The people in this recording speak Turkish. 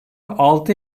altı